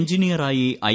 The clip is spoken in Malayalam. എഞ്ചിനീയറായി ഐ